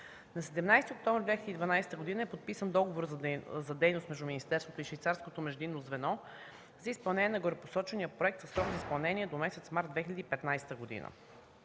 На 17 октомври 2012 г. е подписан договорът за дейност между министерството и Швейцарското междинно звено за изпълнение на горепосочения проект, със срок за изпълнение до месец март 2015 г.